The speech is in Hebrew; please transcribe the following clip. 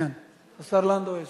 אדוני היושב-ראש, כנסת נכבדה, ביום ראשון